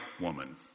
woman